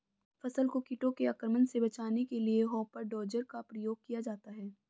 फसल को कीटों के आक्रमण से बचाने के लिए हॉपर डोजर का प्रयोग किया जाता है